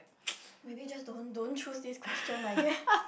maybe just don't don't choose this question I guess